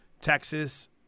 Texas